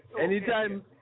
anytime